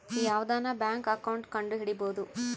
ಯಾವ್ದನ bank account ಕಂಡುಹಿಡಿಬೋದು